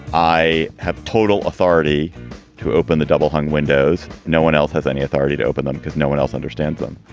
i have total authority to open the double hung windows. no one else has any authority to open them because no one else understands them.